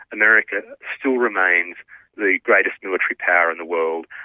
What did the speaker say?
america still remains the greatest military power in the world.